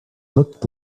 looked